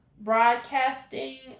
Broadcasting